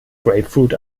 grapefruit